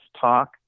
talk